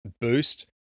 boost